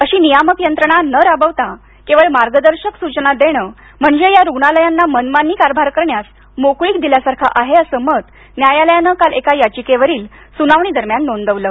अशी नियामक यंत्रणा न राबवता केवळ मार्गदर्शक सुचना देणं म्हणजे या रुग्णालयांना मनमानी कारभार करण्यास मोकळीक दिल्यासारखं आहे असं मत न्यायालयानं काल एका याचिकेवरील सुनावणीदरम्यान नोंदवलं